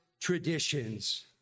traditions